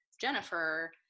jennifer